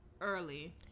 early